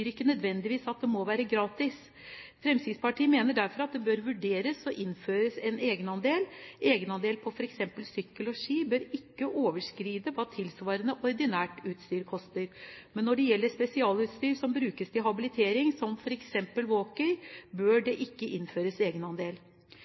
ikke nødvendigvis at det må være gratis. Fremskrittspartiet mener derfor at det bør vurderes innført en egenandel. Egenandelen på f.eks. sykler og ski bør ikke overskride hva tilsvarende ordinært utstyr koster, men når det gjelder spesialutstyr som brukes til habilitering, som f.eks. Walker, bør